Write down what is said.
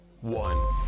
one